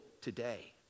today